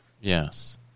Yes